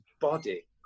body